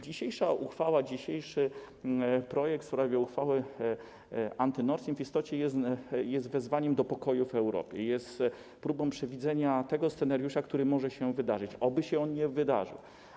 Dzisiejsza uchwała, dzisiejszy projekt uchwały anty-Nord-Stream w istocie jest wezwaniem do pokoju w Europie, jest próbą przewidzenia tego scenariusza, który może się wydarzyć - oby się nie wydarzył.